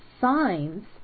signs